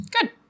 Good